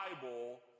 Bible